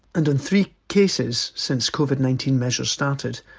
and in three cases since covid nineteen measures started,